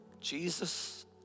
Jesus